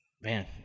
Man